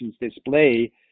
display